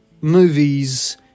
movies